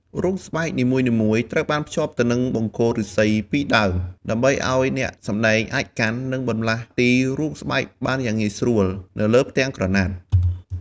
រូបស្បែកនីមួយៗត្រូវបានភ្ជាប់ទៅនឹងបង្គោលឫស្សីពីរដើម ដើម្បីឲ្យអ្នកសម្តែងអាចកាន់ និងបន្លាស់ទីរូបស្បែកបានយ៉ាងងាយស្រួលនៅលើផ្ទាំងក្រណាត់។